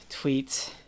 tweets